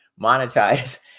monetize